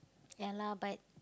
ya lah but